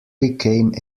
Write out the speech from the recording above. became